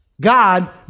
God